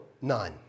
none